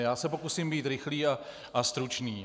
Já se pokusím být rychlý a stručný.